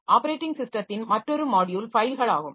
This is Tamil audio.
ஆப்பரேட்டிங் சிஸ்டத்தின் மற்றொரு மாட்யுல் ஃபைல்கள் ஆகும்